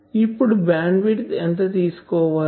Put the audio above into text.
ఇప్పుడు bandwidth ఎంత తీసుకోవాలి